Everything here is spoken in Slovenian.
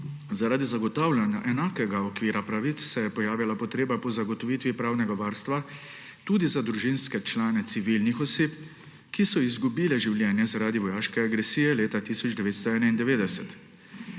Zaradi zagotavljanja enakega okvira pravic se je pojavila potreba po zagotovitvi pravnega varstva tudi za družinske člane civilnih oseb, ki so izgubile življenje zaradi vojaške agresije leta 1991.